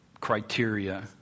criteria